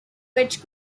which